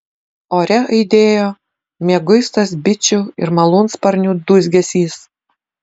ore aidėjo mieguistas bičių ir malūnsparnių dūzgesys